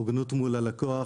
הוגנות מול הלקוח